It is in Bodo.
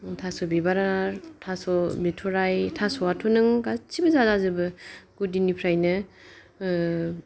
थास' बिबारा थास' बिथाराय थासआथ' नों गासिबो जाजोबो गुदिनिफ्रायनो